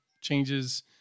changes